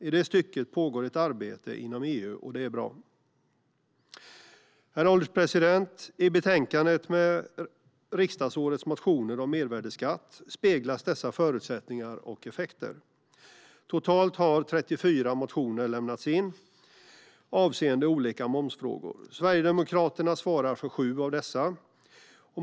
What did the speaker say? I det stycket pågår det ett arbete inom EU, och det är bra. Herr ålderspresident! I betänkandet med riksdagsårets motioner om mervärdesskatt speglas dessa förutsättningar och effekter. Totalt har 34 motioner lämnats in avseende olika momsfrågor. Sverigedemokraterna svarar för 7 av dessa.